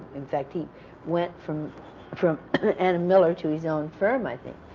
in fact, he went from from anna miller to his own firm, i think.